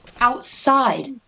outside